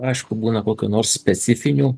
aišku būna kokių nors specifinių